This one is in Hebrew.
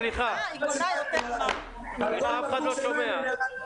סליחה, רמי, אף אחד לא שומע.